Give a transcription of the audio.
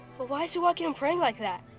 but why is he walking and praying like that?